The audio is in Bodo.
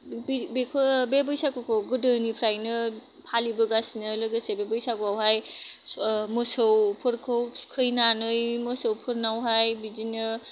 बे बौसागुखौ गोदोनिफ्रायनो फालिबोगासिनो लोगोसे बे बैसागुआवहाय मोसौफोरखौ थुखैनानै मोसोवफोरनावहाय बिदिनो